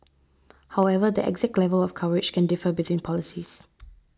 however the exact level of coverage can differ between policies